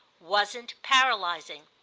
wasn't paralysing.